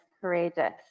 courageous